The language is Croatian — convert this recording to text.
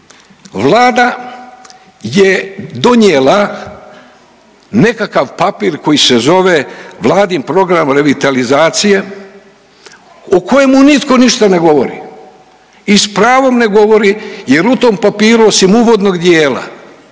Vlada je donijela nekakav papir koji se zove Vladin program revitalizacije o kojemu nitko ništa ne govori i s pravom ne govori jer u tom papiru osim uvodnog dijela